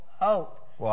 hope